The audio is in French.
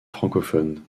francophone